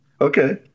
Okay